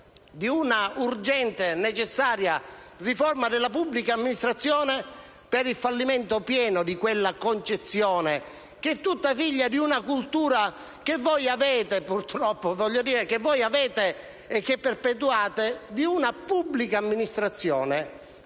di un'urgente e necessaria riforma della pubblica amministrazione, per il fallimento pieno di quella concezione - tutta figlia di una cultura, che purtroppo avete e perpetrate - che vede nella pubblica amministrazione